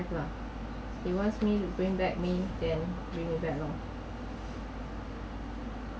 have lah he wants me to bring back mean then bring it back lor